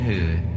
Hood